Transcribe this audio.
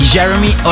Jeremy